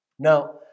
Now